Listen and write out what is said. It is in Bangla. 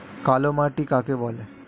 কালো মাটি কাকে বলে?